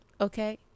okay